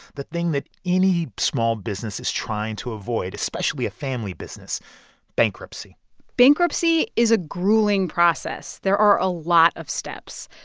the thing that any small business is trying to avoid, especially a family business bankruptcy bankruptcy is a grueling process. there are a lot of steps.